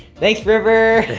thanks, river.